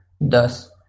thus